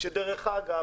שדרך אגב,